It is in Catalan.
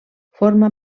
forma